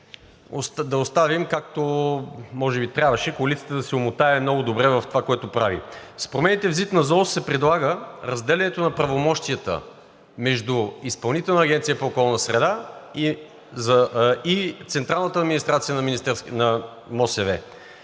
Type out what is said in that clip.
да оставим, както може би трябваше коалицията да се омотае много добре в това, което прави. С промените в ЗИД на ЗОС се предлага разделянето на правомощията между Изпълнителната агенция по околна среда и централната администрация на МОСВ,